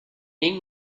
één